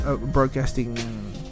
broadcasting